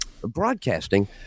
broadcasting